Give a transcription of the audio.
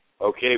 okay